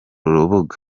urubuga